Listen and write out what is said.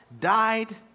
died